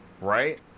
right